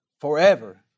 forever